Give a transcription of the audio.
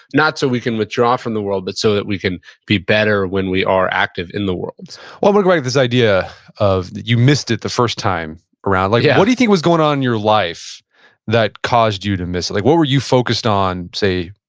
not so we can withdraw from the world, but so that we can be better when we are active in the world what were you like this idea of you missed it the first time around? like yeah what do you think was going on in your life that caused you to miss? like what were you focused on, say,